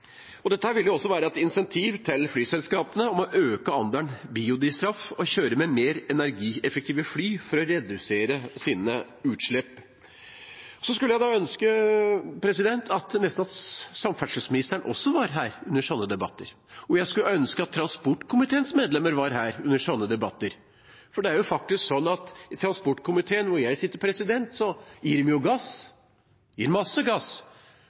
Dette vil også være et incentiv til flyselskapene om å øke andelen biodrivstoff og å kjøre med mer energieffektive fly for å redusere utslipp. Jeg skulle nesten ønske at også samferdselsministeren var her under sånne debatter. Og jeg skulle ønske at transportkomiteens medlemmer var her under sånne debatter, for det er faktisk sånn at i transportkomiteen – hvor jeg sitter – gir de jo gass, de gir masse gass,